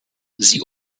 sie